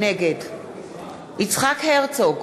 נגד יצחק הרצוג,